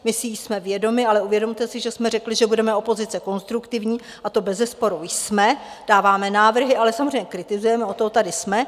My si jí jsme vědomi, ale uvědomte si, že jsme řekli, že budeme opozice konstruktivní, a to bezesporu jsme, dáváme návrhy, ale samozřejmě kritizujeme, od toho tady jsme.